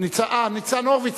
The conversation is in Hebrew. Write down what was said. ניצן הורוביץ,